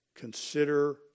Consider